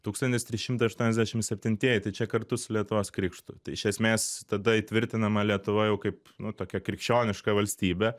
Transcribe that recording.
tūkstantis trys šimtai aštuoniasdešimt septintieji tai čia kartu su lietuvos krikštu tai iš esmės tada įtvirtinama lietuva jau kaip nu tokia krikščioniška valstybė